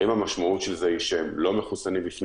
האם המשמעות היא שהם לא מחוסנים בפני